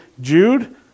Jude